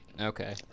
Okay